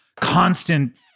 constant